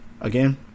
again